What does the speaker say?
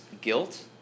guilt